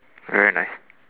very nice